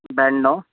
ब्याण्णव